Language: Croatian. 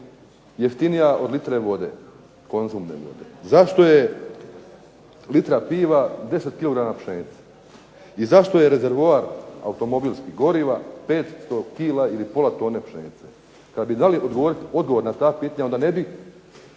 jeftinija od litre vode, konzumne vode? Zašto je litra piva 10 kg pšenice? I zašto je rezervoar automobilskih goriva 500 kg ili pola tone pšenice? Kad bi znali odgovor na ta pitanja onda ne bi